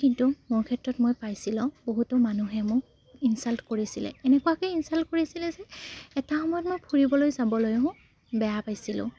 কিন্তু মোৰ ক্ষেত্ৰত মই পাইছিলো বহুতো মানুহে মোক ইনচাল্ট কৰিছিলে এনেকুৱাকৈ ইনচাল্ট কৰিছিলে যে এটা সময়ত মই ফুৰিবলৈ যাবলৈও বেয়া পাইছিলোঁ